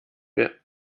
wir